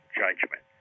judgment